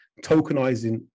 tokenizing